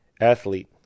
athlete